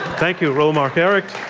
thank you, reuel marc gerecht.